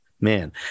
man